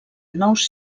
nous